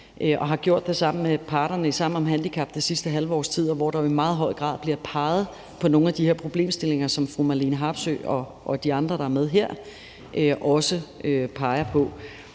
og har gjort det sammen med parterne i Sammen om handicap det sidste halve års tid, hvor der jo i meget høj grad bliver peget på nogle af de her problemstillinger, som fru Marlene Harpsøe og de andre, der er med her, også peger på.